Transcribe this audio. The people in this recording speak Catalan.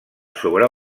sobre